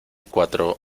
cuatro